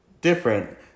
different